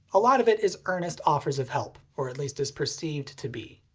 a lot of it is earnest offers of help. or at least is perceived to be.